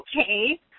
okay